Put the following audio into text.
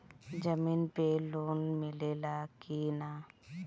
जमीन पे लोन मिले ला की ना?